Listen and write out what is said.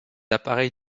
appareil